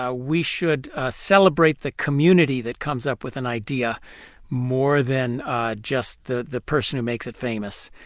ah we should celebrate the community that comes up with an idea more than just the the person who makes it famous.